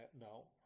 No